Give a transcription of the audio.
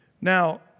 Now